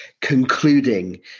concluding